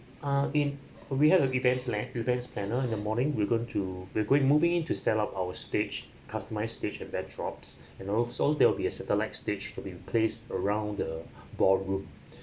ah in we have a event planned events planner in the morning we going to we're going moving into set up our stage customise stage and backdrops and also there will be a satellite stage to be placed around the ballroom